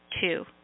Two